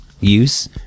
use